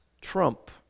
trump